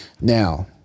Now